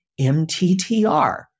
MTTR